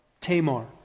Tamar